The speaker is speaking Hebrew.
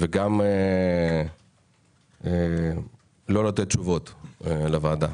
וגם לא לתת תשובות לוועדה.